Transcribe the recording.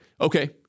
Okay